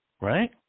right